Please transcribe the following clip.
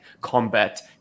combat